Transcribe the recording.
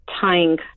tying